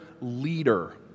leader